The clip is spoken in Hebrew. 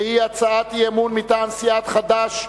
היא הצעת אי-אמון מטעם סיעת חד"ש,